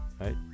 Right